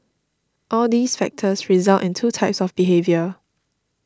all these factors result in two types of behaviour